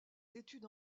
études